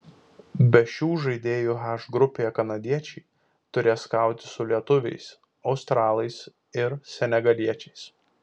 be šių žaidėjų h grupėje kanadiečiai turės kautis su lietuviais australais ir senegaliečiais